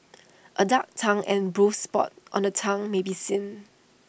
A dark tongue and bruised spots on the tongue may be seen